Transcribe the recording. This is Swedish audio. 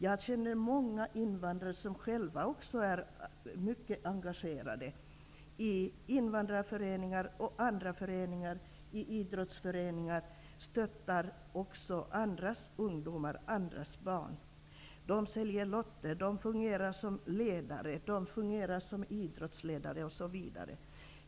Jag känner många invandrare som själva också är mycket engagerade i invandrarföreningar och andra föreningar, t.ex. idrottsföreningar, och stöttar även andras barn och ungdomar. De säljer lotter, de fungerar som idrottsledare osv.